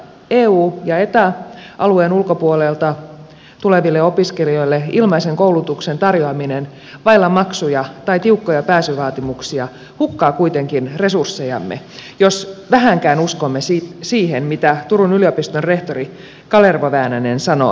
eu ja eta alueen ulkopuolelta tuleville opiskelijoille ilmaisen koulutuksen tarjoaminen vailla maksuja tai tiukkoja pääsyvaatimuksia hukkaa kuitenkin resurssejamme jos vähänkään uskomme siihen mitä turun yliopiston rehtori kalervo väänänen sanoo